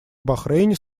бахрейне